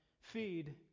feed